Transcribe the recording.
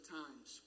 times